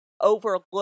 overlook